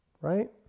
right